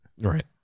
right